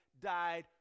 died